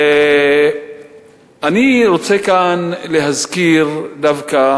אני רוצה כאן להזכיר דווקא